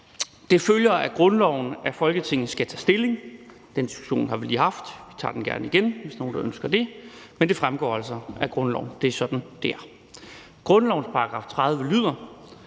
Det følger af grundloven, at Folketinget skal tage stilling, og den diskussion har vi lige haft, men vi tager den gerne igen, hvis nogen ønsker det, men det fremgår altså af grundloven, at det er sådan, det er. Grundlovens § 30 lyder: